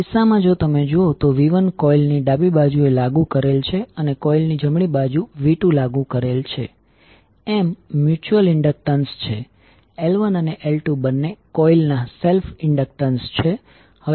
આ કિસ્સામાં જો તમે જુઓ તો v1કોઇલ ની ડાબી બાજુએ લાગુ કરેલ છે અને કોઇલ ની જમણી બાજુ v2લાગુ કરેલ છેM મ્યુચ્યુઅલ ઇન્ડક્ટન્સ છે L1 અને L2બંને કોઇલ ના સેલ્ફ ઈન્ડકટન્સ છે